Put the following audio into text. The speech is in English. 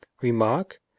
Remark